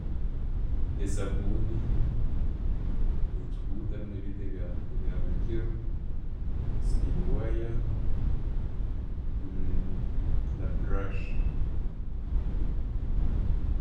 Ne'sabuuni, echikuuta binno ebintu ebyabulikiro, steel wire na'brush.